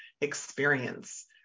experience